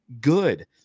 Good